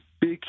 big